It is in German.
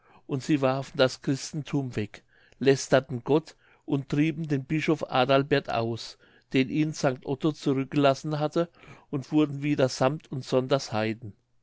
und sie warfen das christenthum weg lästerten gott und trieben den bischof adalbert aus den ihnen st otto zurückgelassen hatte und wurden wieder sammt und sonders